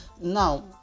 now